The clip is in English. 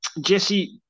Jesse